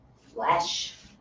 flesh